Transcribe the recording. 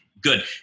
Good